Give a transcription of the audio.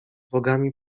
bogami